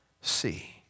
see